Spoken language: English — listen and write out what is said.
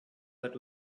that